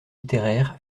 littéraires